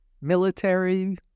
military